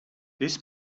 this